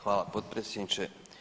Hvala potpredsjedniče.